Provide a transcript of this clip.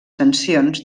tensions